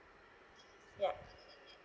ya